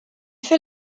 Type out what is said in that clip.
fait